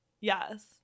Yes